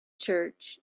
church